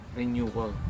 renewal